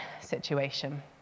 situation